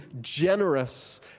generous